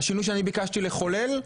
השינוי שאני ביקשתי לחולל,